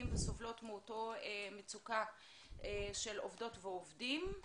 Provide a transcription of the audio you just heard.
וסובלות מאותה מצוקה של עובדות ועובדים.